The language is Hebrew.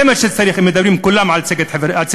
זה מה שצריכים כולם כשמדברים על צדק חברתי.